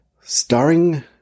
Starring